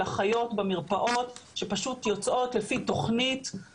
במרפאות גדולות עם אחוז מרותקים גבוה,